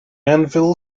anvil